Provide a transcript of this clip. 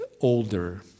older